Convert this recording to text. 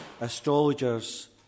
Astrologers